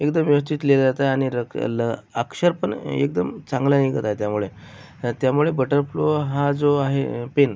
एकदम व्यवस्थित लिहिलं जातं आणि रक् ल् अक्षर पण एकदम चांगला निघत आहे त्यामुळे त्यामुळे बटरफ्लो हा जो आहे पेन